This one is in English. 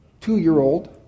two-year-old